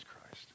Christ